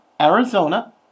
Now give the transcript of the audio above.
Arizona